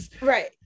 Right